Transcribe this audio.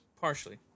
Partially